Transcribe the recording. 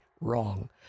wrong